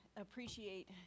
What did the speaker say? appreciate